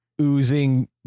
oozing